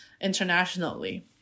internationally